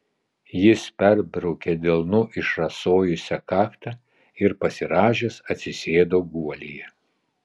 jis perbraukė delnu išrasojusią kaktą ir pasirąžęs atsisėdo guolyje